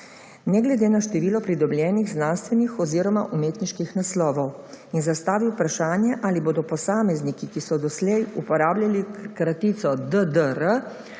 ne glede na število pridobljenih znanstvenih oziroma umetniških naslovov in zastavil vprašanje ali bodo posamezniki, ki so doslej uporabljali kratici ddr.